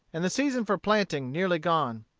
and the season for planting nearly gone.